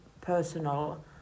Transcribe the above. personal